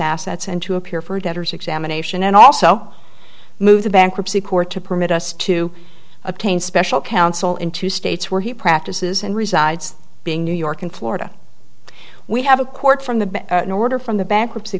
assets and to appear for debtors examination and also move the bankruptcy court to permit us to obtain special counsel in two states where he practices and resides being new york and florida we have a court from the an order from the bankruptcy